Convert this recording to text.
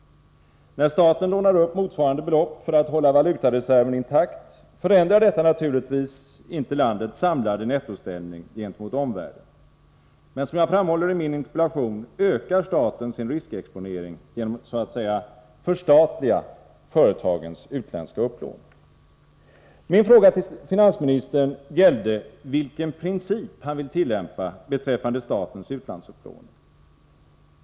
När staten lånar upp motsvarande belopp för att hålla valutareserven intakt, förändrar detta naturligtvis inte landets samlade nettoställning gentemot omvärlden. Men som jag framhåller i min interpellation ökar staten sin riskexponering genom att så att säga förstatliga företagens utländska upplåning. Min fråga till finansministern gällde vilken princip han vill tillämpa beträffande statens utlandsupplåning.